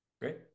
Great